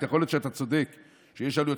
יכול להיות שאתה צודק שיש עלויות,